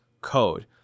code